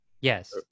Yes